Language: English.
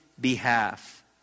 behalf